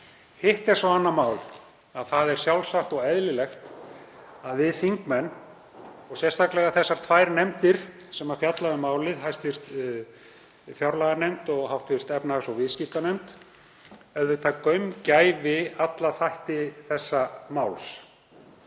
Hitt er svo annað mál að það er sjálfsagt og eðlilegt að við þingmenn, og sérstaklega þær tvær nefndir sem fjalla um málið, hv. fjárlaganefnd og hv. efnahags- og viðskiptanefnd, gaumgæfi alla þætti þessa máls.